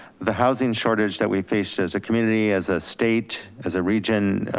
the housing shortage that we faced as a community, as a state, as a region,